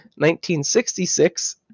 1966